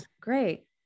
Great